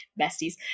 besties